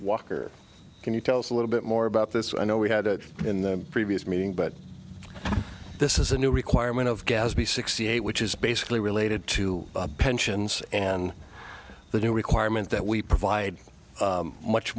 walker can you tell us a little bit more about this i know we had it in the previous meeting but this is a new requirement of gaspy sixty eight which is basically related to pensions and the new requirement that we provide much